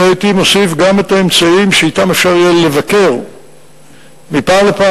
והייתי מוסיף גם את האמצעים שאתם יהיה אפשר לבקר מפעם לפעם,